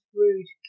rude